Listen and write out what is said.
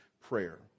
prayer